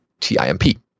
TIMP